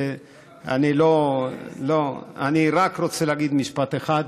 אני לא, לא, אני רק רוצה להגיד משפט אחד,